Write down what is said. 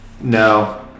no